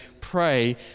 pray